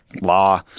law